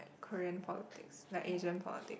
Korean politics like Asian politics